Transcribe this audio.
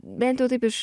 bent jau taip iš